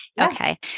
Okay